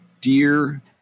dear